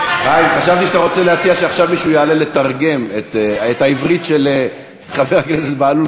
חשבתי שאתה רוצה להציע שמישהו יעלה לתרגם את העברית של חבר הכנסת בהלול,